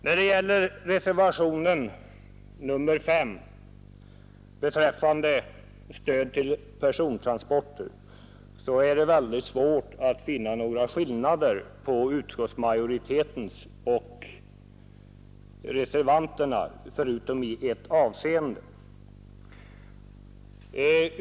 När det gäller reservationen 5 beträffande stöd till persontransporter är det väldigt svårt att finna några skillnader mellan utskottsmajoriteten och reservanterna utom i ett avseende.